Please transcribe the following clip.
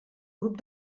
grup